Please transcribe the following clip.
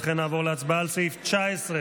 לכן נעבור להצבעה על סעיף 19,